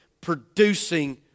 producing